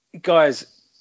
guys